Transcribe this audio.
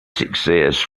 success